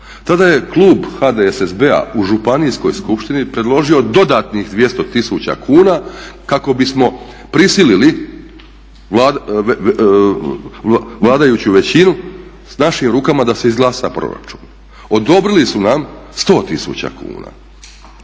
Tada je klub HDSSB-a u županijskoj skupštini predložio dodatnih 200 000 kuna kako bismo prisilili vladajuću većinu s našim rukama da se izglasa proračun. Odobrili su nam 100 000 kuna.